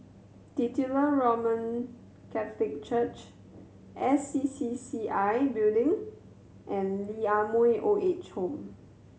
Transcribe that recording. Titular Roman Catholic Church S C C C I Building and Lee Ah Mooi Old Age Home